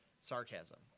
sarcasm